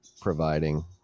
providing